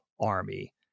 army